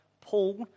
Paul